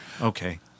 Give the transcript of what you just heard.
Okay